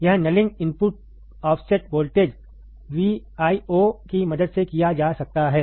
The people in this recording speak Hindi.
यह nulling input offset voltage VIO की मदद से किया जा सकता है